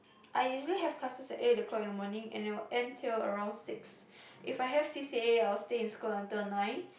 I usually have classes at eight o'clock in the morning and I will end till around six If I have c_c_a I will stay in school until nine